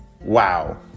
Wow